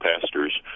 pastors